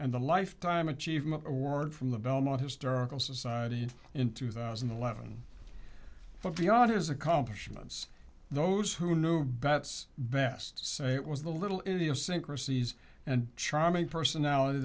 and a lifetime achievement award from the belmont historical society in two thousand and eleven but beyond his accomplishments those who knew betts best say it was the little idiosyncrasies and charming personality